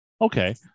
Okay